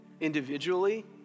individually